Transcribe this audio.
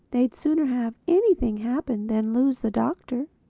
they'd sooner have anything happen than lose the doctor.